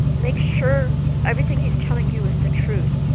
make sure everything he is telling you is the truth.